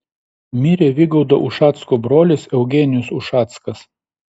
mirė vygaudo ušacko brolis eugenijus ušackas